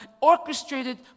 orchestrated